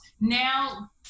Now